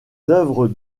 œuvres